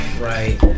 Right